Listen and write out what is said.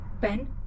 Ben